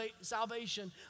salvation